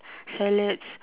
salads